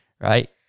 right